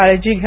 काळजी घ्या